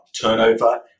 turnover